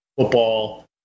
football